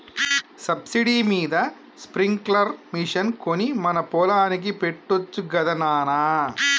subsidy మీద sprinkler machine కొని మన పొలానికి పెట్టొచ్చు గదా నాన